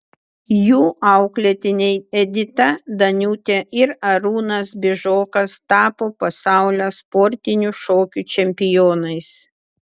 jų auklėtiniai edita daniūtė ir arūnas bižokas tapo pasaulio sportinių šokių čempionais